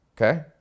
okay